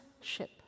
ship